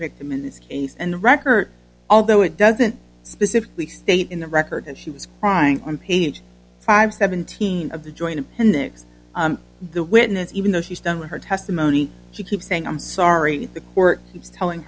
victim in this case and record although it doesn't specifically state in the record that she was crying on page five seventeen of the joint appendix the witness even though she's done her testimony she keeps saying i'm sorry the court was telling